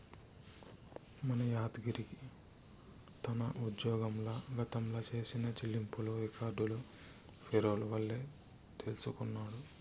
మన యాద్గిరి తన ఉజ్జోగంల గతంల చేసిన చెల్లింపులు రికార్డులు పేరోల్ వల్లే తెల్సికొన్నాడు